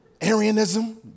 Arianism